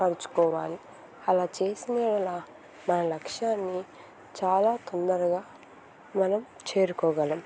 పరుచుకోవాలి అలా చేసిన యెడల మన లక్ష్యాన్ని చాలా తొందరగా మనం చేరుకోగలం